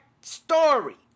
story